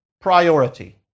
priority